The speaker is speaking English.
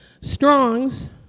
strongs